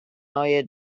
neue